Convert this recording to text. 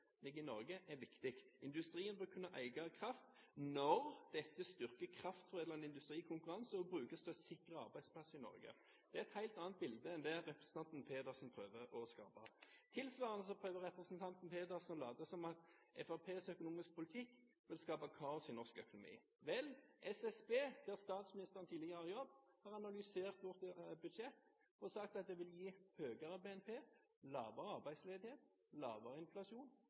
i Norge», er viktig. Og vi sier at industrien bør kunne eie kraft «når dette styrker kraftforedlende industris konkurranseevne og brukes til å sikre arbeidsplasser i Norge». Det er et helt annet bilde enn det representanten Pedersen prøver å skape. Tilsvarende prøver representanten Pedersen å late som at Fremskrittspartiets økonomiske politikk vil skape kaos i norsk økonomi. Vel – SSB, der statsministeren tidligere jobbet, har analysert vårt budsjett og sagt at det vil gi høyere BNP, lavere arbeidsledighet, lavere inflasjon,